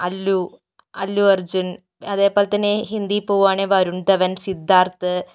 അല്ലു അല്ലു അര്ജുന് അതേപോലെ തന്നെ ഹിന്ദി പോവുകയാണെങ്കിൽ വരുണ് തവന് സിദ്ധാര്ത്ഥ്